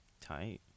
Tight